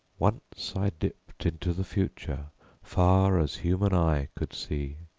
once i dipt into the future far as human eye could see,